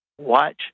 watch